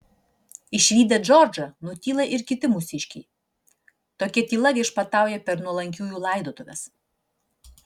išvydę džordžą nutyla ir kiti mūsiškiai tokia tyla viešpatauja per nuolankiųjų laidotuves